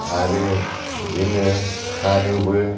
आरो जोङो फानोबो